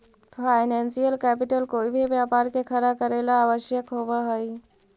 financial capital कोई भी व्यापार के खड़ा करेला ला आवश्यक होवऽ हई